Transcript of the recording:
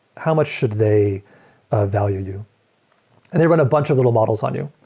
how much should they ah value you? and they run a bunch of little models on you.